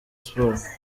sport